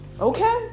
Okay